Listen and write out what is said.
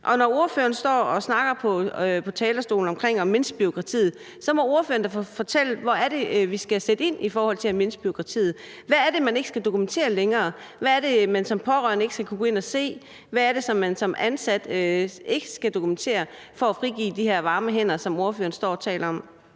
når ordføreren står på talerstolen og taler om at mindske bureaukratiet, så må ordføreren da fortælle, hvor det er, vi skal sætte ind i forhold til at mindske bureaukratiet. Hvad er det, man ikke skal dokumentere længere? Hvad er det, man som pårørende ikke skal kunne gå ind og se? Hvad er det, man som ansat ikke skal dokumentere, for at frigøre de her varme hænder, som ordføreren står og taler om?